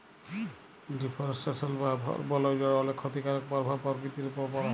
deforestation বা বল উজাড় অলেক খ্যতিকারক পরভাব পরকিতির উপর পড়ে